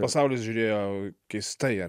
pasaulis žiūrėjo keistai